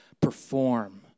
perform